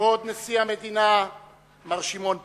כבוד נשיא המדינה מר שמעון פרס,